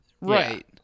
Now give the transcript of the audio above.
Right